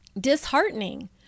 disheartening